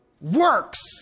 works